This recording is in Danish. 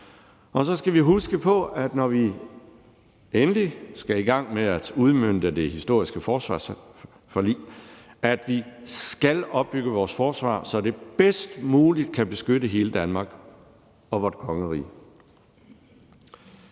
Og så skal vi huske på, at når vi endelig skal i gang med at udmønte det historiske forsvarsforlig, skal vi opbygge vores forsvar, så det bedst muligt kan beskytte hele Danmark og vores kongerige.